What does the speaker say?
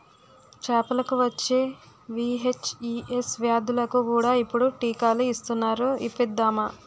చేపలకు వచ్చే వీ.హెచ్.ఈ.ఎస్ వ్యాధులకు కూడా ఇప్పుడు టీకాలు ఇస్తునారు ఇప్పిద్దామా